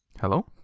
Hello